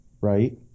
right